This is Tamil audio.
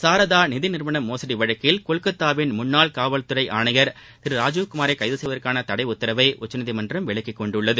சாரதா நிதிநிறுவன மோசடி வழக்கில் கொல்கத்தாவின் முன்னாள் காவல்துறை ஆணையர் திரு ராஜீவ்குமாரை கைது செய்வதற்கான தடை உத்தரவை உச்சநீதிமன்றம் விலக்கிக் கொண்டுள்ளது